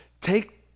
take